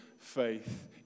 faith